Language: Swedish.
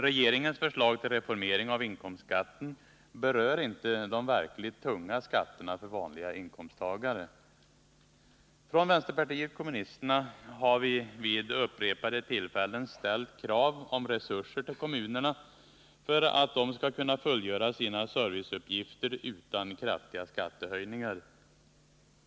Regeringens förslag till reformering av inkomstskatten berör inte de verkligt tunga skatterna för vanliga inkomsttagare. Från vänsterpartiet kommunisterna har vi vid upprepade tillfällen ställt krav på resurser till kommunerna för att de skall kunna fullgöra sina serviceuppgifter utan kraftiga skattehöjningar.